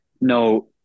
No